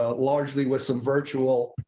ah largely with some virtual